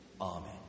Amen